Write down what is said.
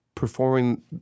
performing